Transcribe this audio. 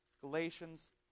Galatians